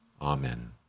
Amen